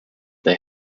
they